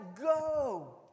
Go